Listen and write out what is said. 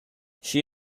she